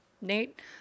nate